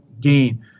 gain